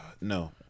no